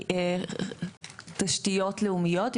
היא תשתיות לאומיות,